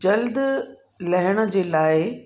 जल्द लहण जे लाइ